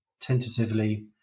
tentatively